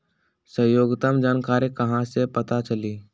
सहयोगात्मक जानकारी कहा से पता चली?